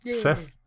Seth